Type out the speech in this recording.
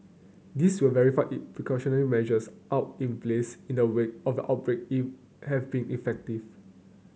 this will verify if precautionary measures out in place in the wake of the outbreak in have been effective